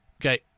Okay